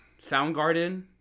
Soundgarden